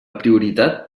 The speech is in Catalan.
prioritat